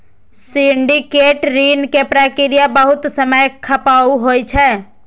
syndicate ऋण के प्रक्रिया बहुत समय खपाऊ होइ छै